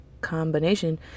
combination